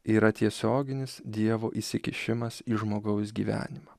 yra tiesioginis dievo įsikišimas į žmogaus gyvenimą